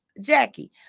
jackie